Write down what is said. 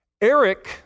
Eric